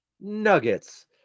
nuggets